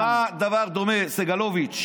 אבל בלי קשר, למה הדבר דומה, סגלוביץ'?